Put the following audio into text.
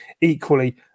Equally